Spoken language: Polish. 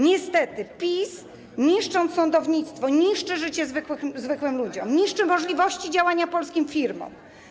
Niestety PiS, niszcząc sądownictwo, niszczy życie zwykłym ludziom, niszczy możliwości działania polskim firmom.